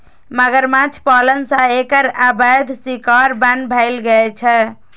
मगरमच्छ पालन सं एकर अवैध शिकार बन्न भए गेल छै